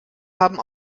haben